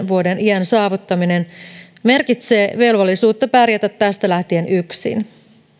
vuoden iän saavuttaminen merkitsee velvollisuutta pärjätä tästä lähtien yksin